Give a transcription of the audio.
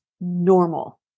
normal